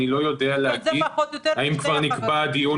אני לא יודע להגיד האם כבר נקבע הדיון